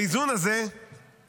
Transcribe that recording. האיזון הזה הופר.